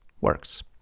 works